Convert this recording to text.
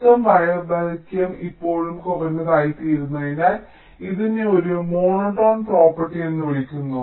മൊത്തം വയർ ദൈർഘ്യം ഇപ്പോഴും കുറഞ്ഞത് ആയിത്തീരുന്നതിനാൽ ഇതിനെ ഒരു മോണോടോൺ പ്രോപ്പർട്ടി എന്ന് വിളിക്കുന്നു